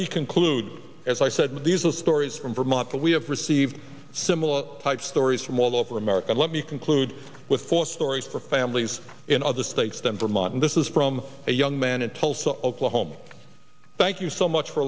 me conclude as i said these are the stories from vermont that we i've received similar type stories from all over america let me conclude with four stories for families in other states than vermont and this is from a young man in tulsa oklahoma thank you so much for